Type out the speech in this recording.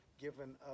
given